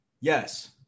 Yes